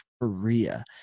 Korea